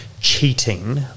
cheating